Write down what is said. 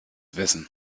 wissen